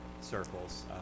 circles